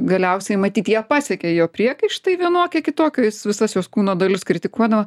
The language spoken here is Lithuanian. galiausiai matyt ją pasiekė jo priekaištai vienokie kitokie jis visas jos kūno dalis kritikuodavo